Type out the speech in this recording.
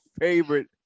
favorite